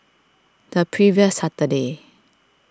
the previous Saturday